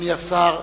אדוני השר.